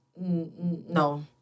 no